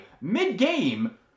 Mid-game